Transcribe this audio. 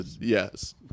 yes